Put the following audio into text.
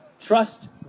Trust